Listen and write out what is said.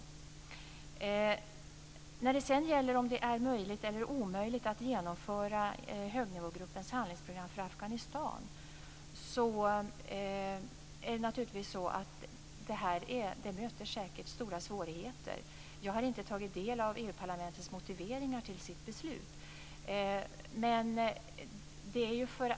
Sedan var det frågan om det är möjligt eller omöjligt att genomföra högnivågruppens handlingsprogram för Afghanistan. Det möter säkert stora svårigheter. Jag har inte tagit del av EU-parlamentets motiveringar till sitt beslut.